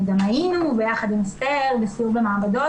גם היינו ביחד עם אסתר בסיור במעבדות.